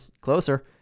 closer